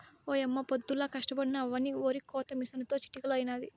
ఓయమ్మ పొద్దుల్లా కష్టపడినా అవ్వని ఒరికోత మిసనుతో చిటికలో అయినాది